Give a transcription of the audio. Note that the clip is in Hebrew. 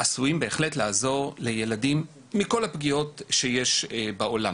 עשויות באמת לעזור לילדים עם כל הפגיעות שיש בעולם.